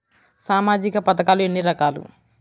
సామాజిక పథకాలు ఎన్ని రకాలు?